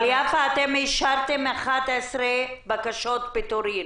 אבל אישרתם 11 בקשות פיטורים.